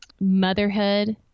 motherhood